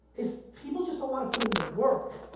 is people just don't wanna put in the work.